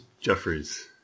jeffries